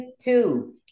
two